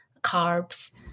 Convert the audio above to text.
carbs